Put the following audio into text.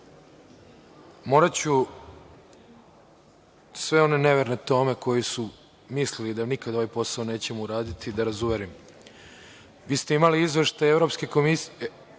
Moraću sve one neverne Tome koji su mislili da nikada ovaj posao nećemo uraditi da razuverim. Vi ste imali izveštaj eksterne revizije